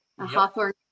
Hawthorne